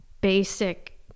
basic